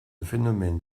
phénomène